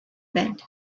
bed